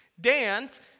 Dance